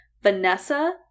Vanessa